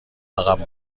عقب